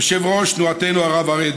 יושב-ראש תנועתנו הרב אריה דרעי.